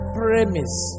premise